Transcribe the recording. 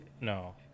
no